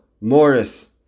Morris